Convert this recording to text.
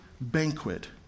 banquet